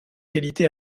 qualité